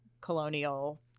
colonial